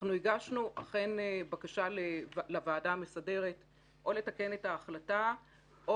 ולכן הגשנו בקשה לוועדה המסדרת או לתקן את ההחלטה או